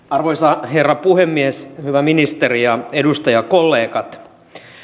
arvoisa herra puhemies hyvä ministeri ja edustajakollegat